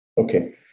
Okay